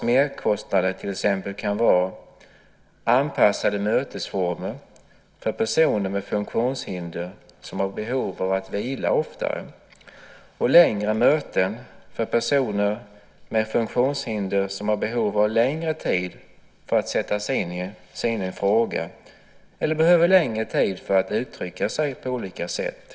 Merkostnader kan utgöras av till exempel anpassade mötesformer för personer med funktionshinder som har behov av att vila oftare och längre möten för personer med funktionshinder som har behov av längre tid för att sätta sig in i en fråga eller för att uttrycka sig på olika sätt.